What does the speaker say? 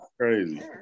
Crazy